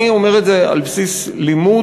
אני אומר את זה על בסיס לימוד,